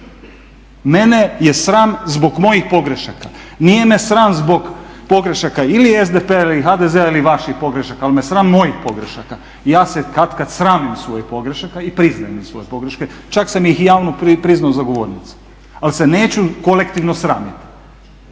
Mene je sram zbog mojih pogrešaka, nije me sram zbog pogrešaka ili SDP-a ili HDZ-a ili vaših pogrešaka, ali me sram mojih pogrešaka i ja se katkad sramim svojih pogrešaka i priznajem svoje pogreške. Čak sam ih i javno priznao za govornicom, ali se neću kolektivno sramiti.